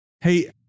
Hey